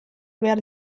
behar